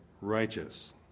righteous